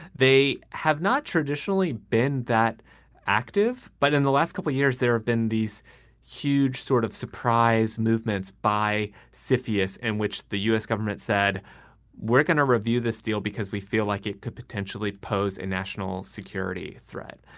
they have not traditionally been that active, but in the last couple of years there have been these huge sort of surprise movements by syphillis in which the u s. government said we're going to review this deal because we feel like it could potentially pose a national security threat.